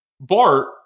Bart